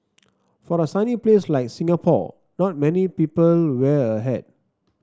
for the sunny place like Singapore not many people wear a hat